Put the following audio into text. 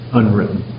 unwritten